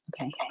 Okay